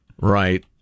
Right